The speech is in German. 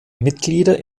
mitglieder